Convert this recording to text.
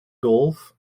golf